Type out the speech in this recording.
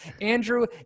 Andrew